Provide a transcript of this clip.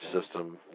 system